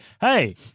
Hey